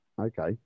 Okay